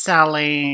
Sally